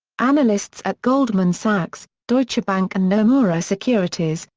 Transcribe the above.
analysts at goldman sachs, deutsche bank and nomura securities,